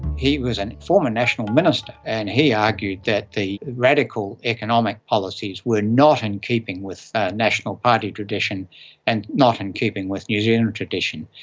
he was a and former national minister, and he argued that the radical economic policies were not in keeping with ah national party tradition and not in keeping with new zealand's tradition.